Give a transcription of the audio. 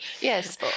Yes